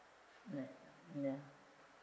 ya ya